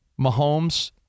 Mahomes